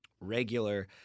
regular